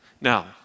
Now